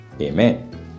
Amen